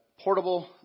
portable